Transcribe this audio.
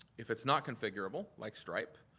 if it's not configurable, like stripe,